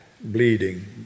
bleeding